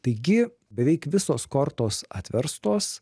taigi beveik visos kortos atverstos